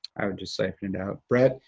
i would just siphon it out. brad,